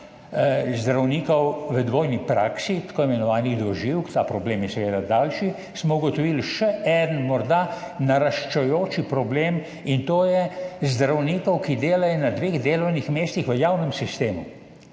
zdravnikov v dvojni praksi, tako imenovanih dvoživk, ta problem je seveda daljši, smo ugotovili še en morda naraščajoči problem, in to je zdravnikov, ki delajo na dveh delovnih mestih v javnem sistemu